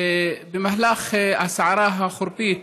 במהלך הסערה החורפית